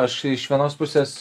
aš iš vienos pusės